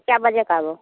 कए बजे कऽ आबु